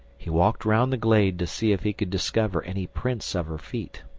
he walked round the glade to see if he could discover any prints of her feet.